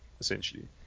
essentially